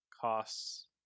costs